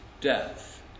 death